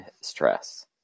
stress